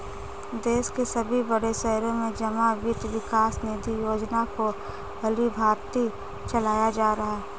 देश के सभी बड़े शहरों में जमा वित्त विकास निधि योजना को भलीभांति चलाया जा रहा है